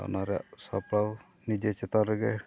ᱚᱱᱟ ᱨᱮᱭᱟᱜ ᱥᱟᱯᱲᱟᱣ ᱱᱤᱡᱮ ᱪᱮᱛᱟᱱ ᱨᱮᱜᱮ